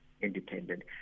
independent